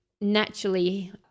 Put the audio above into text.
naturally